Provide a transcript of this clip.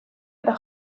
eta